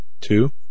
two